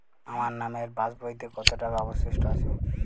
আমার নামের পাসবইতে কত টাকা অবশিষ্ট আছে?